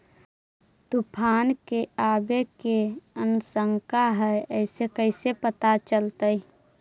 तुफान के आबे के आशंका है इस कैसे पता चलतै?